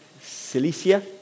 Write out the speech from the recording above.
Cilicia